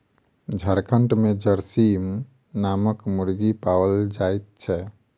झारखंड मे झरसीम नामक मुर्गी पाओल जाइत छै